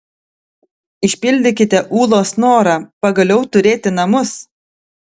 išpildykite ūlos norą pagaliau turėti namus